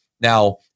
Now